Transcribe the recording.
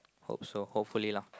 hope so hopefully lah